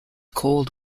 cold